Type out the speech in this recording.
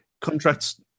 contracts